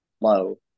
low